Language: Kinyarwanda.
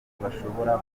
bashobora